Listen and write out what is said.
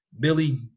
Billy